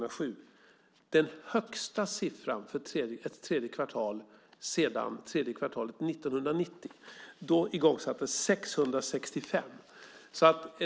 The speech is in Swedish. Det är den högsta siffran för ett tredje kvartal sedan tredje kvartalet 1990; då igångsattes byggandet av 665 lägenheter.